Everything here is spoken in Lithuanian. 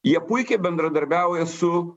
jie puikiai bendradarbiauja su